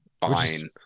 Fine